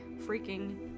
freaking